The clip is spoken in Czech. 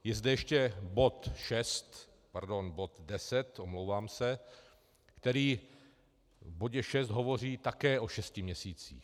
Je zde ještě bod 6, pardon, bod 10, omlouvám se, který v bodě 6 hovoří také o šesti měsících.